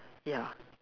ya